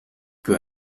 peu